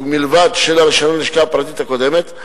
בלבד של הרשיון ללשכה הפרטית הקודמת,